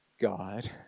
God